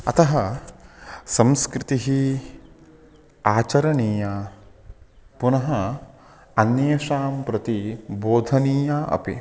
अतः संस्कृतिः आचरणीया पुनः अन्येषां प्रति बोधनीया अपि